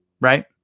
right